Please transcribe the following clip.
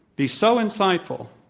be so insightful,